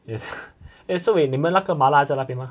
eh so wait 你们那个麻辣在那边吗